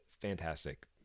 fantastic